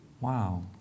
wow